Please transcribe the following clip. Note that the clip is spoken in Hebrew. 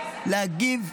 להגיב